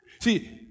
See